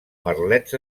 merlets